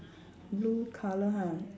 blue colour ha